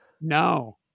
No